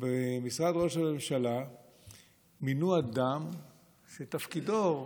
במשרד ראש הממשלה מינו אדם שתפקידו,